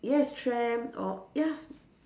yes tram or ya